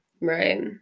Right